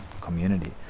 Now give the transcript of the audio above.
community